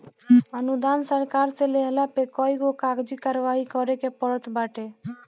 अनुदान सरकार से लेहला पे कईगो कागजी कारवाही करे के पड़त बाटे